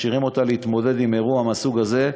משאירים אותה להתמודד עם אירוע מהסוג הזה,